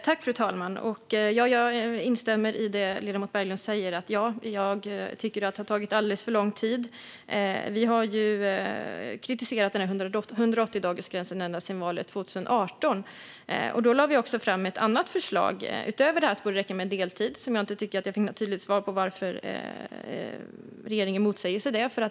Herr talman! Jag instämmer i det ledamoten Berglund säger; jag tycker att det har tagit alldeles för lång tid. Vi har kritiserat 180-dagarsgränsen ända sedan valet 2018. Då lade vi också fram ett annat förslag utöver detta att det borde räcka med deltid. Det senare tycker jag inte att jag fick något tydligt svar på. Jag vet inte varför regeringen motsätter sig det.